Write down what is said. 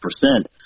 percent